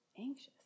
Anxious